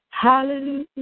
Hallelujah